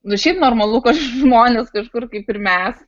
nu šiaip normalu kad žmonės kažkur kaip ir mes